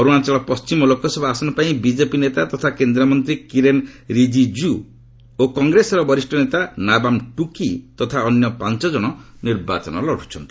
ଅରୁଣାଚଳ ପଣ୍ଢିମ ଲୋକସଭା ଆସନ ପାଇଁ ବିଜେପି ନେତା ତଥା କେନ୍ଦ୍ରମନ୍ତ୍ରୀ କିରେନ୍ ରିଜିକ୍ ଓ କଂଗ୍ରେସର ବରିଷ୍ଣ ନେତା ନାବାମ୍ ଟୁକି ତଥା ଅନ୍ୟ ପାଞ୍ଚ ଜଣ ନିର୍ବାଚନ ଲଢୁଛନ୍ତି